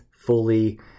fully